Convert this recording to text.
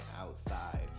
outside